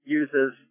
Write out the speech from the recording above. uses